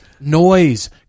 noise